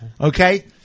Okay